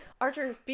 Archer